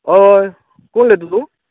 हय कोण उलयता तूं